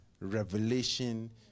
revelation